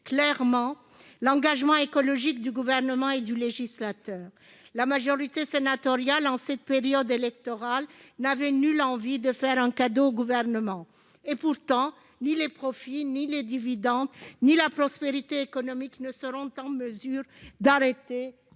clairement l'engagement écologique du Gouvernement et du législateur. En cette période électorale, la majorité sénatoriale n'avait nulle envie de faire un cadeau au Gouvernement ; pourtant, ni les profits, ni les dividendes, ni la prospérité économique ne seront en mesure d'arrêter